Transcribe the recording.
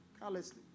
carelessly